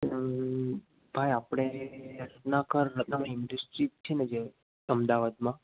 હાં આપડે ના કર ચિઠ્ઠી લખી અમદાવાદમાં